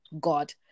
God